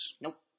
Nope